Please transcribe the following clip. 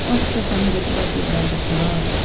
कस्तो सङ्गीत बजिरहेको छ